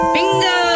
Bingo